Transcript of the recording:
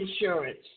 insurance